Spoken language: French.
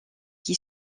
qui